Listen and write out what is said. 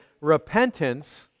repentance